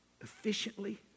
efficiently